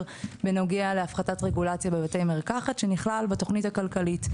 בנוגע להפחתת רגולציה בבתי מרקחת שנכלל בתכנית הכלכלית.